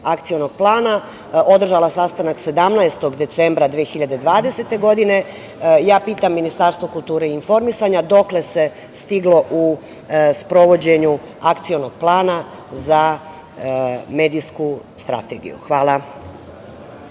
Akcionog plana održala sastanak 17. decembra 2020. godine. Pitam Ministarstvo kulture i informisanja, dokle se stiglo u sprovođenju Akcionog plana za medijsku strategiju? Hvala.